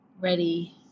ready